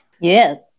Yes